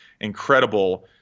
incredible